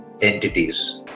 entities